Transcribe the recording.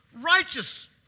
righteous